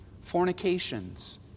fornications